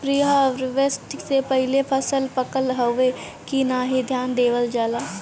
preharvest से पहिले फसल पकल हउवे की नाही ध्यान देवल जाला